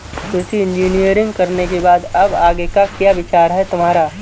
कृषि इंजीनियरिंग करने के बाद अब आगे का क्या विचार है तुम्हारा?